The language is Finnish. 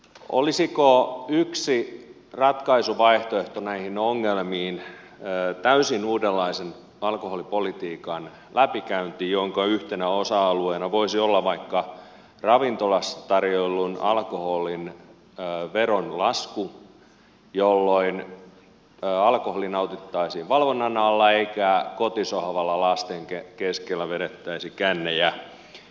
olisiko yksi ratkaisuvaihtoehto näihin ongelmiin täysin uudenlaisen alkoholipolitiikan läpikäynti jonka yhtenä osa alueena voisi olla vaikka ravintolassa tarjoillun alkoholin veron lasku jolloin alkoholi nautittaisiin valvonnan alla eikä kotisohvalla lasten keskellä vedettäisi kännejä